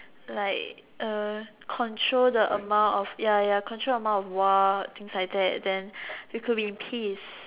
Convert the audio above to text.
like uh control the amount of ya ya control amount of war things like that then we could be in peace